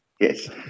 yes